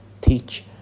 teach